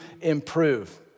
improve